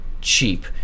cheap